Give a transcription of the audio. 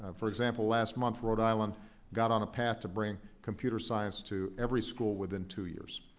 um for example, last month, rhode island got on a path to bring computer science to every school within two years.